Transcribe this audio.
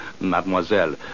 Mademoiselle